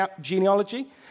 genealogy